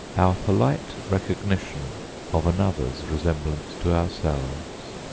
our polite recognition of another's resemblance to ourselves.